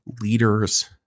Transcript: leaders